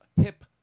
hip